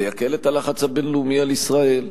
זה יקל את הלחץ הבין-לאומי על ישראל,